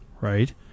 right